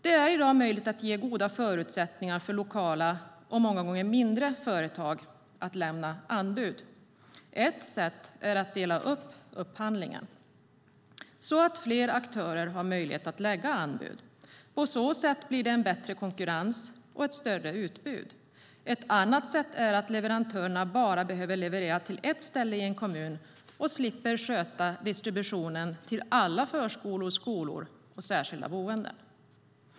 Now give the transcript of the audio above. Det är i dag möjligt att ge goda förutsättningar för lokala, och många gånger mindre, företag att lämna anbud. Ett sätt är att dela upp upphandlingen så att fler aktörer har möjlighet att lägga anbud. På så sätt blir det en bättre konkurrens och ett större utbud. Ett annat sätt är att leverantörerna bara behöver leverera till ett ställe i en kommun och slipper sköta distributionen till alla förskolor, skolor och särskilda boenden.